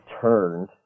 turned